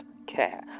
care